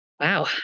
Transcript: Wow